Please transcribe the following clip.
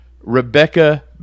Rebecca